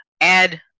add